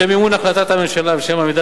לשם מימון החלטת הממשלה ולשם עמידה